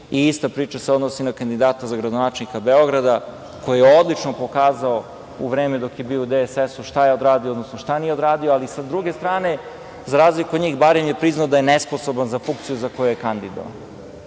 Tepić. Ista priča se odnosi na kandidata za gradonačelnika Beograda koji je odlično pokazao u vreme dok je bio u DSS-u šta je odradio, odnosno šta nije odradio. Sa druge strane, za razliku od njih, barem je priznao da je nesposoban za funkciju za koju je kandidovan.